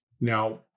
Now